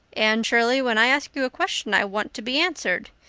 anne shirley, when i ask you a question i want to be answered.